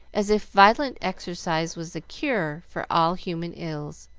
as if violent exercise was the cure for all human ills.